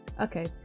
Okay